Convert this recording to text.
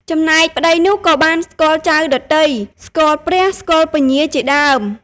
ចំណែកប្តីនោះក៏បានស្គាល់ចៅដទៃ ស្គាល់ព្រះ ស្គាល់ពញាជាដើម។